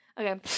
Okay